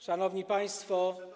Szanowni Państwo!